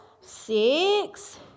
six